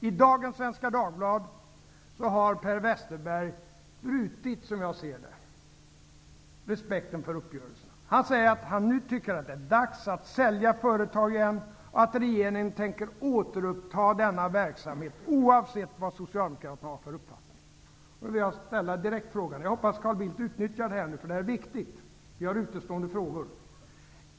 I dagens Svenska Dagblad finner man att Per Westerberg har tappat -- som jag ser det -- respekten för uppgörelsen. Han säger att det nu återigen är dags att sälja företag och att regeringen tänker återuppta denna verksamhet oavsett vad Socialdemokraterna har för uppfattning. Jag vill ställa en direkt fråga, och jag hoppas att Carl Bildt utnyttjar tillfället. Det här är viktigt, och vi har utestående frågor.